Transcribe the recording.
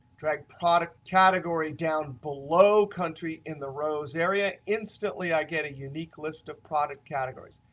drag product category down below country in the rows area. instantly i get a unique list of product categories.